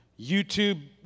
YouTube